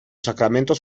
sacramentos